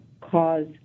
cause